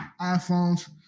iPhones